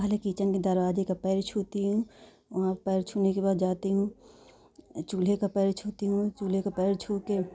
पहले किचन के दरवाज़े का पैर छूती हूँ वहाँ पैर छूने के बाद जाती हूँ चूल्हे का पैर छूती हूँ चूल्हे का पैर छूकर